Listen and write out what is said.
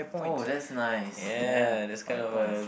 oh that's nice ya five points